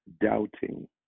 doubting